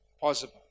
possible